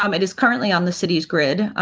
um it is currently on the city's grid. um,